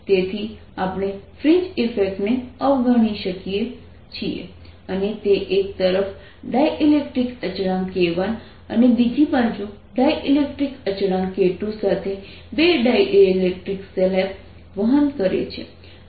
તેથી આપણે fringe effect ને અવગણી શકીએ છીએ અને તે એક તરફ ડાઈઈલેક્ટ્રિક અચળાંક k1 અને બીજી બાજુ ડાઈઈલેક્ટ્રિક અચળાંક k2સાથે 2 ડાઈઈલેક્ટ્રિક સ્લેબ વહન કરે છે